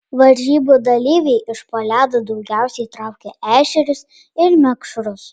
varžybų dalyviai iš po ledo daugiausiai traukė ešerius ir mekšrus